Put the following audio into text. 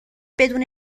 بدون